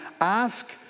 ask